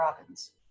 Robbins